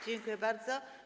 Dziękuję bardzo.